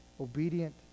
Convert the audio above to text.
Obedient